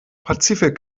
pazifik